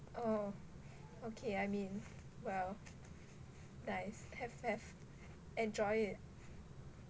oh okay I mean well nice have have enjoy it